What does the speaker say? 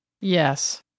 Yes